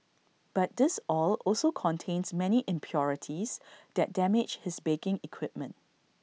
but this oil also contains many impurities that damage his baking equipment